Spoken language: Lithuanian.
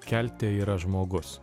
kelte yra žmogus